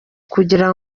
kugira